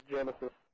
Genesis